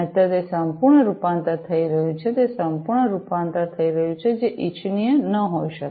નહિંતર તે સંપૂર્ણ રૂપાંતર થઈ રહ્યું છે તે સંપૂર્ણ રૂપાંતર થઈ રહ્યું છે જે ઇચ્છનીય ન હોઈ શકે